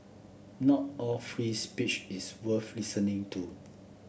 not all free speech is worth listening to